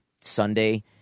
Sunday